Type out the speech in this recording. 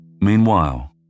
Meanwhile